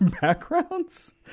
backgrounds